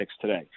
today